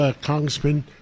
Congressman